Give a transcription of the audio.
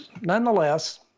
nonetheless